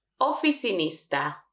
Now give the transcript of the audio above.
Oficinista